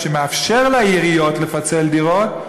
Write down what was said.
שמאפשרת לעיריות לפצל דירות,